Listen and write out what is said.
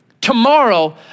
Tomorrow